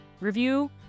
review